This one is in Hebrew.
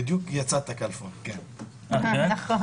אבקש מכולם